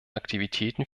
aktivitäten